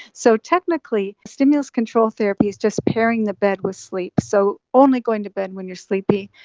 so technically stimulus control therapy is just pairng the bed with sleep, so only going to bed when you're sleepy,